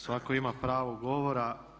Svatko ima pravo govora.